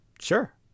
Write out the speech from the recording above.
Sure